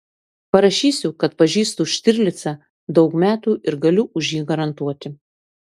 parašysiu kad pažįstu štirlicą daug metų ir galiu už jį garantuoti